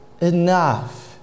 enough